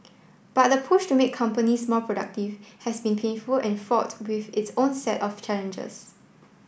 but the push to make companies more productive has been painful and fraught with its own set of challenges